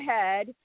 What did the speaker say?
ahead